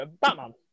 Batman